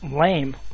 lame